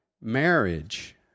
Marriage